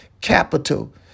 capital